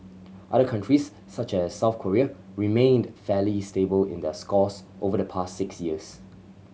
other countries such as South Korea remained fairly stable in their scores over the past six years